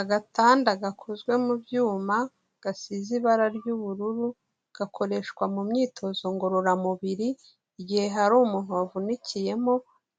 Agatanda gakozwe mu byuma gasize ibara ry'ubururu, gakoreshwa mu myitozo ngororamubiri igihe hari umuntu wavunikiyemo